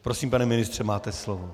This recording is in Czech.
Prosím, pane ministře, máte slovo.